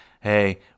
hey